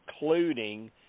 including